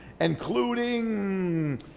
including